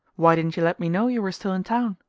why didn't you let me know you were still in town?